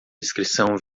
inscrição